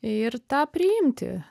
ir tą priimti